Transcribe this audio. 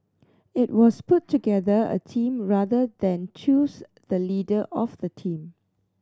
it was put together a team rather than choose the leader of the team